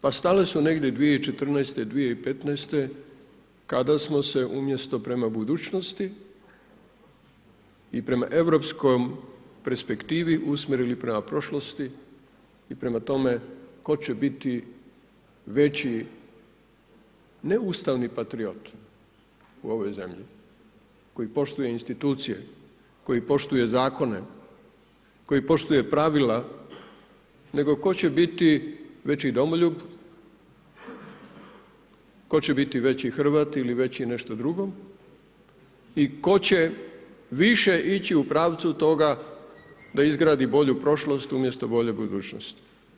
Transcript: Pa stale su negdje 2014., 2015. kada smo se umjesto prema budućnosti i prema Europskoj perspektivi usmjerili prema prošlosti i prema tome tko će biti veći ne ustavni patriot u ovoj zemlji koji poštuje institucije, koji poštuje zakone, koji poštuje pravila nego tko će biti veći domoljub, tko će biti veći Hrvat ili veći nešto drugo i tko će više ići u pravcu toga da izgradi bolju prošlost umjesto bolje budućnosti.